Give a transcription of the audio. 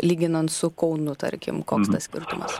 lyginant su kaunu tarkim koks skirtumas